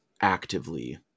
actively